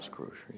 Grocery